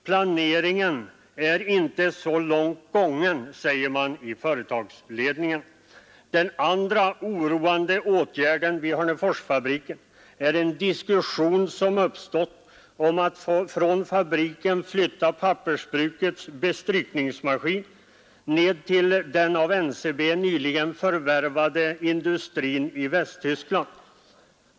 Planeringen är inte så långt gången, säger företagsledningen. Den andra orsaken till oron vid Hörneforsfabriken är den diskussion som uppstått om att från fabriken flytta pappersbrukets bestrykningsmaskin till den av NCB nyligen förvärvade industrin i Västtyskland.